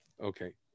Okay